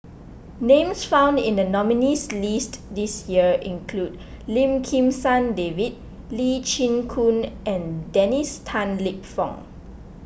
names found in the nominees' list this year include Lim Kim San David Lee Chin Koon and Dennis Tan Lip Fong